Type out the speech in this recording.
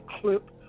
clip